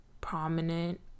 prominent